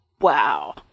Wow